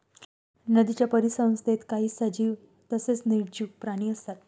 नदीच्या परिसंस्थेत काही सजीव तसेच निर्जीव प्राणी असतात